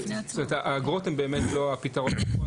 האגרות הן לא הפתרון,